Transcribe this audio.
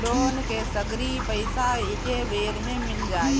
Loan के सगरी पइसा एके बेर में मिल जाई?